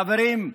חברים,